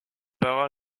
parents